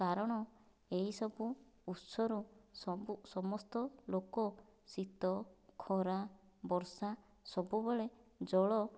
କାରଣ ଏହି ସବୁ ଉତ୍ସରୁ ସବୁ ସମସ୍ତ ଲୋକ ଶୀତ ଖରା ବର୍ଷା ସବୁବେଳେ ଜଳ